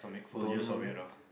full use of it lah